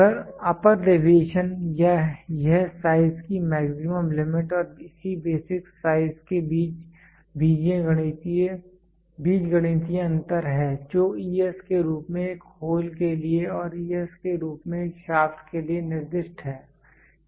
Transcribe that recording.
अपर deviation यह size की maximum limit और इसी बेसिक साइज के बीच बीज गणितीय अंतर है जो ES के रूप में एक होल के लिए और es के रूप में एक शाफ्ट के लिए निर्दिष्ट है ठीक है